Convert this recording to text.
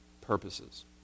purposes